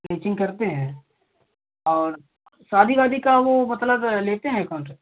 bleaching करते हैं और शादी वादी का वह मतलब लेते हैं कॉन्ट्रैक्ट